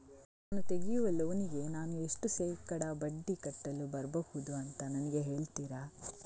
ನಾನು ತೆಗಿಯುವ ಲೋನಿಗೆ ನಾನು ಎಷ್ಟು ಶೇಕಡಾ ಬಡ್ಡಿ ಕಟ್ಟಲು ಬರ್ಬಹುದು ಅಂತ ನನಗೆ ಹೇಳ್ತೀರಾ?